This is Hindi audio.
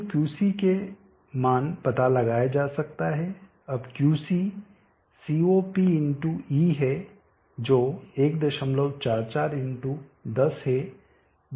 तो Qc के मान पता लगाया जा सकता है अब Qc CoP×E है जो 144×10 है जो 144 वाट है